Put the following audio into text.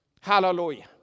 Hallelujah